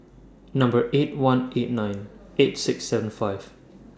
Number eight one eight nine eight six seven five